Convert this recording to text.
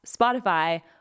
Spotify